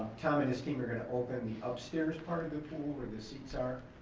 tom and his team are going to open the upstairs part of the pool where the seats are.